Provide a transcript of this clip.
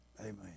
Amen